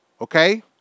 okay